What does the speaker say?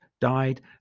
died